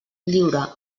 lliure